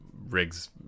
rigs